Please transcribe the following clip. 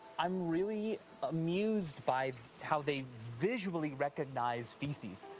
i'm really amused by how they visually recognize feces.